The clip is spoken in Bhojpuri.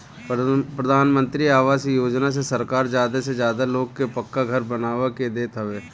प्रधानमंत्री आवास योजना से सरकार ज्यादा से ज्यादा लोग के पक्का घर बनवा के देत हवे